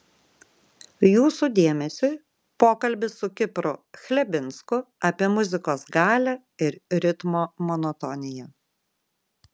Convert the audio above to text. jūsų dėmesiui pokalbis su kipru chlebinsku apie muzikos galią ir ritmo monotoniją